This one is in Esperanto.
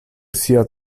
sia